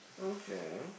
okay